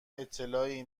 اطلاعی